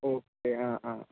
okay